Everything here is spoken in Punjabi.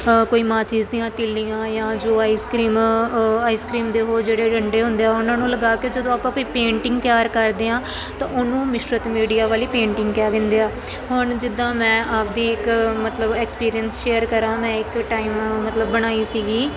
ਕੋਈ ਮਾਚਿਸ ਦੀਆਂ ਤਿਲੀਆਂ ਜਾਂ ਜੋ ਆਈਸਕ੍ਰੀਮ ਆਈਸਕ੍ਰੀਮ ਦੇ ਉਹ ਜਿਹੜੇ ਡੰਡੇ ਹੁੰਦੇ ਆ ਉਹਨਾਂ ਨੂੰ ਲਗਾ ਕੇ ਜਦੋਂ ਆਪਾਂ ਕੋਈ ਪੇਂਟਿੰਗ ਤਿਆਰ ਕਰਦੇ ਹਾਂ ਤਾਂ ਉਹਨੂੰ ਮਿਸ਼ਰਤ ਮੀਡੀਆ ਵਾਲੀ ਪੇਂਟਿੰਗ ਕਹਿ ਦਿੰਦੇ ਆ ਹੁਣ ਜਿੱਦਾਂ ਮੈਂ ਆਪਦੀ ਇੱਕ ਮਤਲਬ ਐਕਸਪੀਰੀਅੰਸ ਸ਼ੇਅਰ ਕਰਾਂ ਮੈਂ ਇੱਕ ਟਾਈਮ ਮਤਲਬ ਬਣਾਈ ਸੀਗੀ